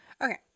Okay